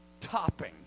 topping